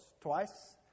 twice